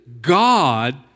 God